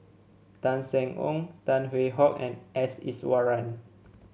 Tan Seng Yong Tan Hwee Hock and S Iswaran